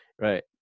right